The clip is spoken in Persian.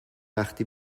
وقتی